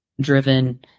driven